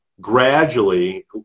gradually